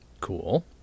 Cool